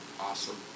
Awesome